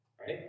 Right